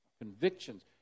convictions